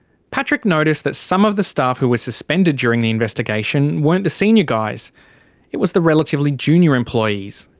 patrick noticed that some of the staff who were suspended during the investigation weren't the senior guys it was the relatively junior employees.